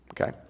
Okay